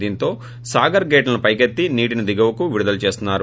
దీంతో సాగర్ గేట్లను పైకెత్తి నీటిని దిగువకు విడుదల చేస్తున్నారు